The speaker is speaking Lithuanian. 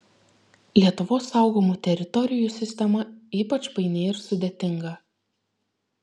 lietuvos saugomų teritorijų sistema ypač paini ir sudėtinga